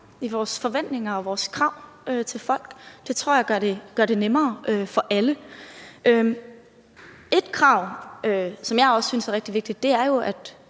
i vores forventninger og vores krav til folk. Det tror jeg gør det nemmere for alle. Ét krav, som jeg også synes er rigtig vigtigt, er jo,